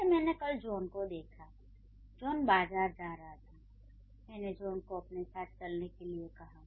जैसे मैंने कल जॉन को देखा जॉन बाजार जा रहा था मैंने जॉन को अपने साथ चलने के लिए कहा